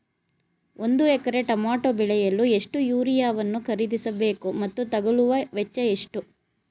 ಒಂದು ಎಕರೆ ಟಮೋಟ ಬೆಳೆಯಲು ಎಷ್ಟು ಯೂರಿಯಾವನ್ನು ಖರೀದಿಸ ಬೇಕು ಮತ್ತು ತಗಲುವ ವೆಚ್ಚ ಎಷ್ಟು?